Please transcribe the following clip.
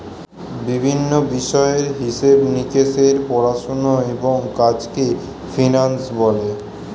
বিভিন্ন বিষয়ের হিসেব নিকেশের পড়াশোনা এবং কাজকে ফিন্যান্স বলে